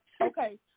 Okay